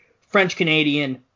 French-Canadian